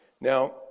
Now